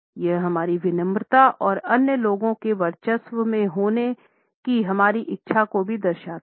यह हमारी विनम्रता और अन्य लोगों के वर्चस्व में होने की हमारी इच्छा को भी दर्शाता है